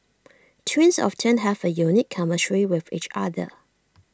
twins often have A unique chemistry with each other